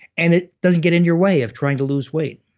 and it doesn't get in your way of trying to lose weight